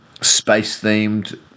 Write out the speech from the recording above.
Space-themed